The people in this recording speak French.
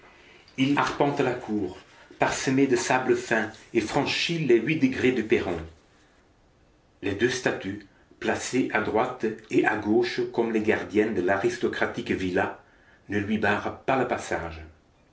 il arpente la cour parsemée de sable fin et franchit les huit degrés du perron les deux statues placées à droite et à gauche comme les gardiennes de l'aristocratique villa ne lui barrent pas le passage